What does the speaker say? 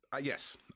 yes